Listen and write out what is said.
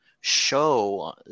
show